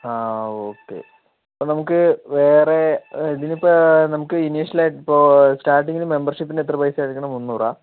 ആ ഒക്കെ അപ്പോൾ നമുക്ക് വേറെ ഇതിനിപ്പോൾ നമുക്ക് ഇനിഷ്യൽ ആയിട്ടിപ്പോൾ സ്റ്റാർട്ടിങ്ങിൽ മെമ്പർഷിപ്പിന് എത്ര പൈസ അടക്കണം മുന്നൂറാണോ